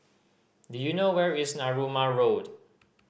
do you know where is Narooma Road